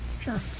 Sure